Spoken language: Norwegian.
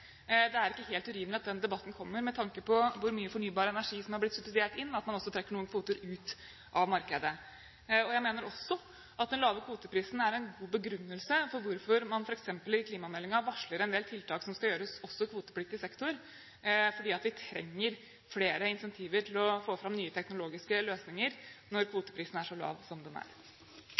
Det er ikke helt urimelig at den debatten kommer med tanke på hvor mye fornybar energi som har blitt subsidiert inn, at man også trekker noen kvoter ut av markedet. Jeg mener også at den lave kvoteprisen er en god begrunnelse for hvorfor man f.eks. i klimameldingen varsler en del tiltak som skal gjøres også i kvotepliktig sektor, fordi vi trenger flere incentiver for å få fram nye teknologiske løsninger, når kvoteprisen er så lav som den er.